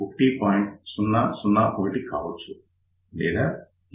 001 కావచ్చు లేదా Aβ 10 కావచ్చు